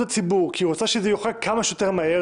הציבור כי היא רוצה שהוא יוחל כמה שיותר מהר,